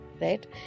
Right